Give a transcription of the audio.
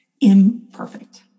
imperfect